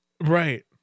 Right